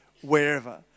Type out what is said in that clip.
wherever